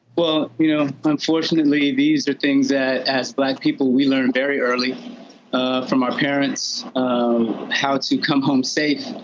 well, you know, unfortunately these are things that as black people we learn very early from our parents how to come home safe,